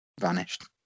vanished